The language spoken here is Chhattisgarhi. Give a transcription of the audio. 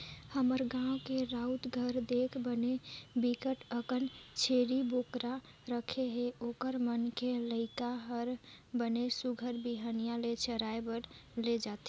हमर गाँव के राउत घर देख बने बिकट अकन छेरी बोकरा राखे हे, ओखर घर के लइका हर बने सुग्घर बिहनिया ले चराए बर ले जथे